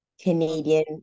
Canadian